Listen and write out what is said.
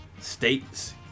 states